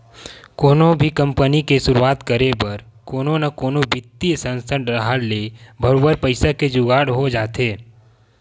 कोनो भी कंपनी के सुरुवात करे बर कोनो न कोनो बित्तीय संस्था डाहर ले बरोबर पइसा के जुगाड़ होई जाथे